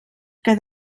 que